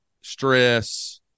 stress